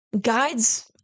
guides